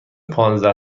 پانزده